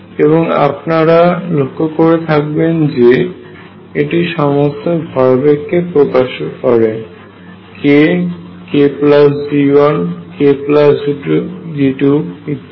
এবং আপনারা লক্ষ্য করে থাকবেন যে এটি সমস্ত ভরবেগ কে প্রকাশ করে k k G1 k G2 ইত্যাদি